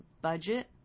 budget